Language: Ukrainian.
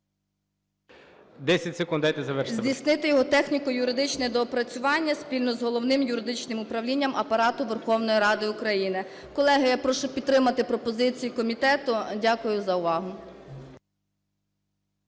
...здійснити його техніко-юридичне доопрацювання спільно з Головним юридичним управлінням Апарату Верховної Ради України. Колеги, я прошу підтримати пропозиції комітету. Дякую за увагу.